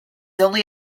only